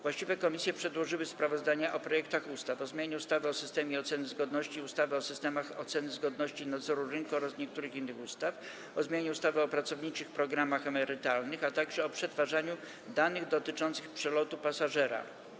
Właściwe komisje przedłożyły sprawozdania o projektach ustaw: - o zmianie ustawy o systemie oceny zgodności i ustawy o systemach oceny zgodności i nadzoru rynku oraz niektórych innych ustaw, - o zmianie ustawy o pracowniczych programach emerytalnych, - o przetwarzaniu danych dotyczących przelotu pasażera.